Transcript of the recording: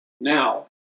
Now